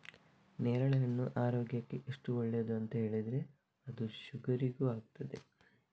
ನೇರಳೆಹಣ್ಣು ಆರೋಗ್ಯಕ್ಕೆ ಎಷ್ಟು ಒಳ್ಳೇದು ಅಂತ ಹೇಳಿದ್ರೆ ಅದು ಶುಗರಿಗೂ ಆಗ್ತದೆ